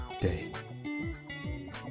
day